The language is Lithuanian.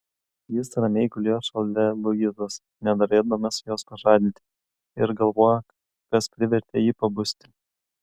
jis ramiai gulėjo šalia luizos nenorėdamas jos pažadinti ir galvojo kas privertė jį pabusti